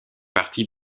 partie